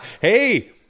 Hey